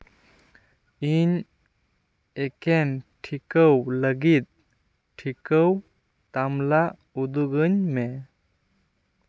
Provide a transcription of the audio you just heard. ᱤᱧ ᱮᱠᱮᱱ ᱴᱷᱤᱠᱟᱹᱣ ᱞᱟᱹᱜᱤᱫ ᱴᱷᱤᱠᱟᱹᱣ ᱛᱟᱢᱞᱟ ᱩᱫᱩᱜᱟᱹᱧ ᱢᱮ